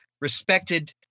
respected